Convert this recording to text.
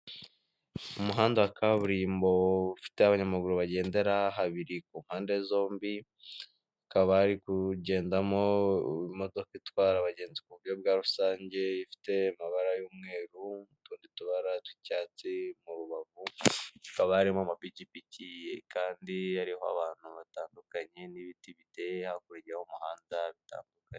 Umuhanda wa kaburimbo ufite abanyamaguru bagendera habiri ku mpande zombi hakaba hari kugendamo imodoka itwara abagenzi mu buryo bwa rusange ifite amabara y'umweru nutundi tubara tw'icyatsi mu rubavu hakaba harimo amapikipiki kandi yariho abantu batandukanye n'ibiti biteye hakurya y'umuhanda bitandukanye.